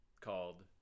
Called